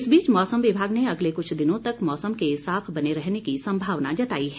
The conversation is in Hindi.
इस बीच मौसम विभाग ने अगले कुछ दिनों तक मौसम के साफ बने रहने की संभावना जताई है